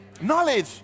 Knowledge